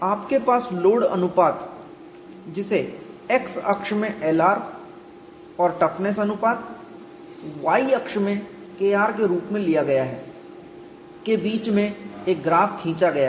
आपके पास लोड अनुपात जिसे x अक्ष में Lr और टफनेस अनुपात y अक्ष में Kr के रूप में लिया गया है के बीच में एक ग्राफ खींचा गया है